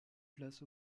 places